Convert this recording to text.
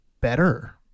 better